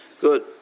Good